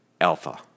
Alpha